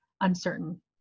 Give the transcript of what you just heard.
uncertain